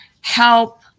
help